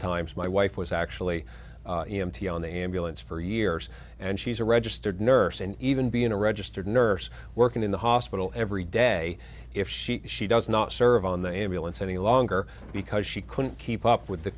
times my wife was actually e m t on the ambulance for years and she's a registered nurse and even being a registered nurse working in the hospital every day if she she does not serve on the ambulance any longer because she couldn't keep up with the